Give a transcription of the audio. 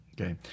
Okay